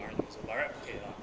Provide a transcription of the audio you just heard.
aaron also by right 可以 lor